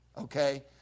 Okay